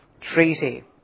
Treaty